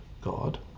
God